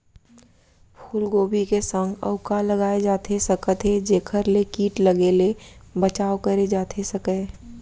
फूलगोभी के संग अऊ का लगाए जाथे सकत हे जेखर ले किट लगे ले बचाव करे जाथे सकय?